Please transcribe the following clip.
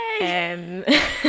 Yay